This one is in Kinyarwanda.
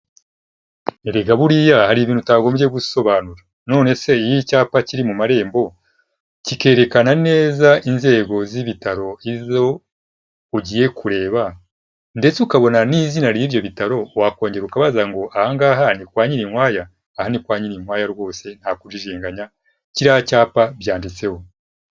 Erega buriya hari ibintu utagombye gusobanura, nonese iyo icyapa kiri mu marembo, kikerekana neza inzego z'ibitaro izo ugiye kureba, ndetse ukabona n'izina ry'ibyo bitaro, wakongera ukabaza ngo ahangaha ni kwa Nyirinkwaya, aha ni kwa Nyirinkwaya rwose nta kujijinganya, kiriya cyapa byanditseho.